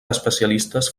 especialistes